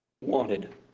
Wanted